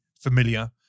familiar